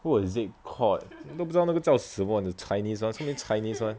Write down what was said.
what is it called 你都不知道那个叫什么 the chinese [one] so many chinese [one]